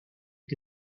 que